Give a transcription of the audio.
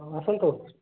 ଆସନ୍ତୁ